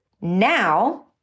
Now